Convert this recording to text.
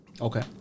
Okay